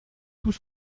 tout